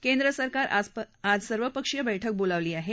केंद्र सरकारनआज सर्वपक्षीय बैठक बोलावली हे